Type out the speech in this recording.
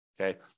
Okay